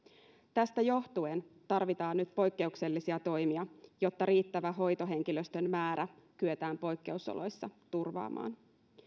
tästä johtuen tarvitaan nyt poikkeuksellisia toimia jotta riittävä hoitohenkilöstön määrä kyetään poikkeusoloissa turvaamaan